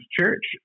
church